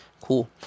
Cool